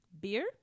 Beer